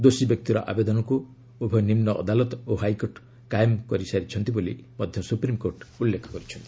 ଦୋଷୀ ବ୍ୟକ୍ତିର ଆବେଦନକୁ ଉଭୟ ନିମ୍ବ ଅଦାଲତ ଓ ହାଇକୋର୍ଟ କାଏମ କରିସାରିଛନ୍ତି ବୋଲି ମଧ୍ୟ ସୁପ୍ରିମ୍କୋର୍ଟ ଉଲ୍ଲେଖ କରିଛନ୍ତି